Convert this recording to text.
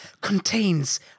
Contains